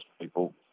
people